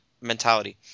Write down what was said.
mentality